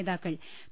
നേതാക്കൾ പി